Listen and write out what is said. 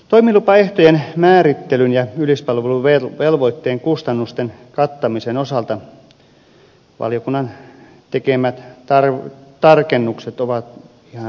toimilupaehtojen määrittelyn ja yleispalveluvelvoitteen kustannusten kattamisen osalta valiokunnan tekemät tarkennukset ovat ihan hyviä